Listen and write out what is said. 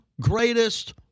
greatest